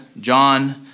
John